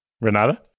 Renata